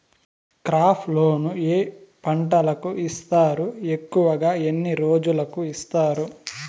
crop loan ఏ పంటలకు ఇస్తారు ఎక్కువగా ఎన్ని రోజులకి ఇస్తారు